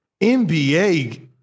NBA